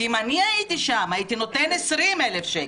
אם אני הייתי שם הייתי נותן 20,000 שקל,